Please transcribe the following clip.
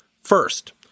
First